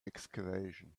excavation